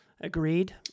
agreed